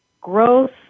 growth